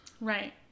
Right